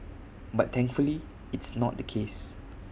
but thankfully it's not the case